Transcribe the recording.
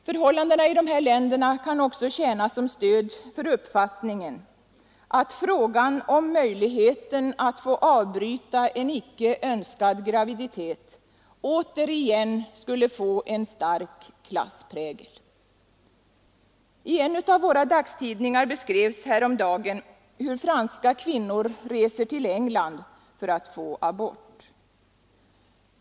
Förhållandena i dessa länder kan också tjäna som stöd för uppfattningen att frågan om möjligheten att få avbryta en icke önskad graviditet återigen skulle få en stark klassprägel. I en av våra dagstidningar beskrevs häromdagen hur franska kvinnor reser till England för att få abort.